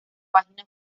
página